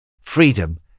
Freedom